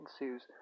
ensues